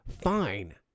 fine